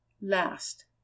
last